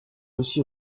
aussi